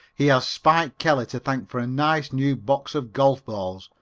he has spike kelly to thank for a nice, new box of golf balls.